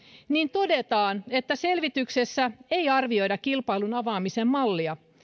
todetaan että selvityksessä ei arvioida kilpailun avaamisen mallia